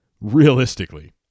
realistically